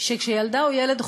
כשילדה או ילד חולה,